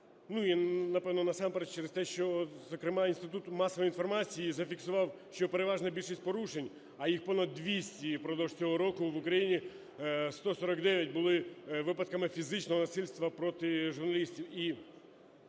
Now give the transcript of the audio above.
і, напевно, насамперед через те, що Інститут масової інформації зафіксував, що переважна більшість порушень, а їх понад 200, і впродовж цього року в Україні 149 були випадками фізичного насильства проти журналістів.